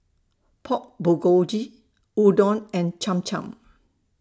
Pork Bulgogi Udon and Cham Cham